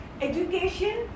education